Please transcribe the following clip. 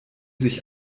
sich